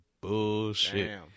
bullshit